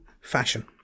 fashion